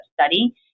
study